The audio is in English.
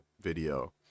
video